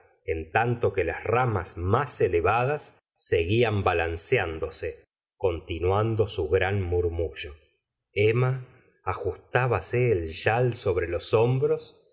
en tanto que las ramas más elevadas seguían balanceándose continuando su gran murmullo emma ajustbase el chal sobre los hombros y